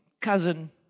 cousin